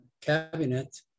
cabinet